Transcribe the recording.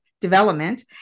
development